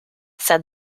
said